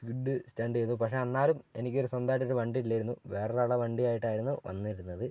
skid stunt ചെയ്തു പക്ഷേ എന്നാലും എനിക്കൊരു സ്വന്തമായിട്ട് വണ്ടി ഇല്ലായിരുന്നു വേറൊരാളുടെ വണ്ടി ആയിട്ടായിരുന്നു വന്നിരുന്നത്